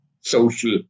social